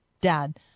dad